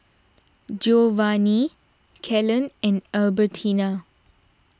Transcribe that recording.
Giovanni Kalen and Albertina